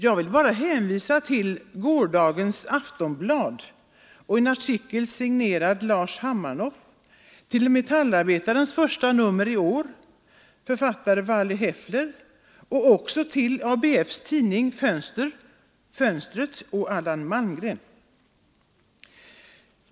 Jag vill bara hänvisa till Aftonbladet i går och en artikel signerad Lars Hammarnoff, till Metallarbetarens första nummer i år och en artikel av Vally Heffler och till ABF:s tidning Fönstret och en artikel av Allan Malmgren.